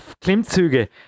Klimmzüge